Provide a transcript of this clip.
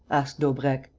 asked daubrecq,